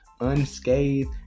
Unscathed